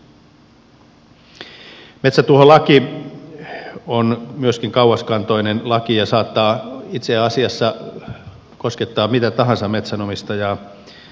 metsätuholaki on myöskin kauaskantoinen laki ja saattaa itse asiassa koskettaa mitä tahansa metsänomistajaa